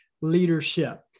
leadership